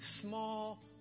small